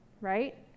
right